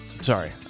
Sorry